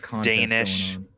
Danish